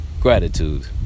Gratitude